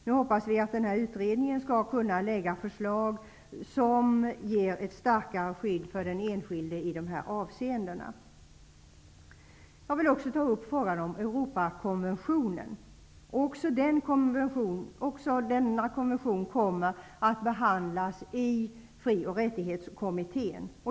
Nu hoppas vi att utredningen skall kunna lägga förslag som ger ett starkare skydd för den enskilde i dessa avseenden. Jag vill också ta upp frågan om Europakonventionen. Också denna konvention kommer att behandlas i fri och rättighetskommittén.